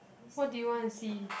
what do you want to see